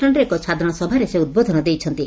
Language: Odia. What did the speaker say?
ଶ୍ଡର ଏକ ସାଧାରଣ ସଭାରେ ସେ ଉଦ୍ବୋଧନ ଦେଇଛନ୍ତି